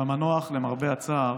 והמנוח, למרבה הצער,